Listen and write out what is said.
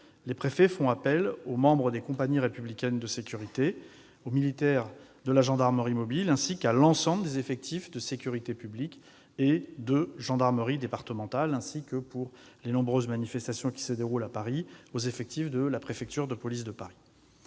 les préfets font appel aux membres des compagnies républicaines de sécurité et aux militaires de la gendarmerie mobile, ainsi qu'à l'ensemble des effectifs de sécurité publique, de gendarmerie départementale et, pour les nombreuses manifestations qui se déroulent dans la capitale, de la préfecture de police de Paris.